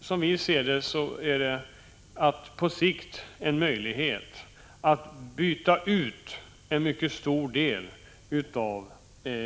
Som vi ser det innebär produktionsbeskattningen nämligen en möjlighet att på sikt byta ut en mycket stor del av